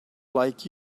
like